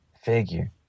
figure